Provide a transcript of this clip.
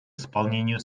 исполнению